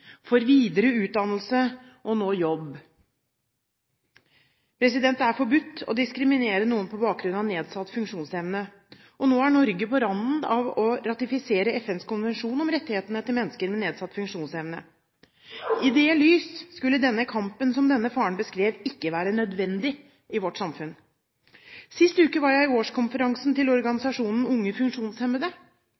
For videre utdannelse og nå jobb.» Det er forbudt å diskriminere noen på bakgrunn av nedsatt funksjonsevne, og nå er Norge på randen av å ratifisere FNs konvensjon om rettighetene til mennesker med nedsatt funksjonsevne. I det lys skulle den kampen som denne faren beskrev, ikke være nødvendig i vårt samfunn. Sist uke var jeg på årskonferansen til